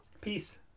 Peace